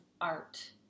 art